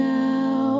now